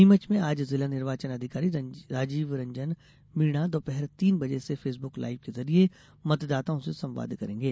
नीमच में आज जिला निर्वाचन अधिकारी रजीव रंजन मीणा दोपहर तीन बजे से फेसबुक लाइव के जरिये मतदाताओं से संवाद करेंगे